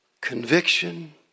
conviction